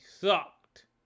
sucked